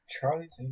Charlie's